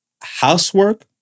housework